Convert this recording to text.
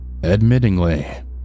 Admittingly